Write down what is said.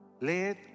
let